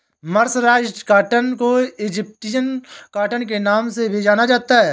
mercerised cotton को Egyptian cotton के नाम से भी जाना जाता है